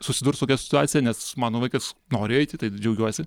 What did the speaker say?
susidurt su tokia situacija nes mano vaikas nori eiti tad džiaugiuosi